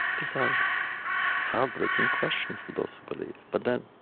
these are heartbreaking questions to those who believe, but then,